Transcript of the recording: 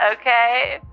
Okay